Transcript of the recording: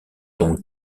donc